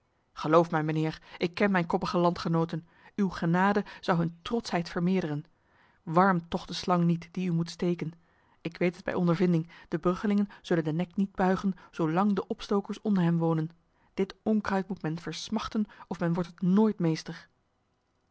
geloof mij mijnheer ik ken mijn koppige landgenoten uw genade zou hun trotsheid vermeerderen warm toch de slang niet die u moet steken ik weet het bij ondervinding de bruggelingen zullen de nek niet buigen zolang de opstokers onder hen wonen dit onkruid moet men versmachten of men wordt het nooit meester